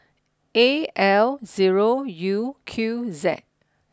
A L zero U Q Z